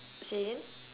say again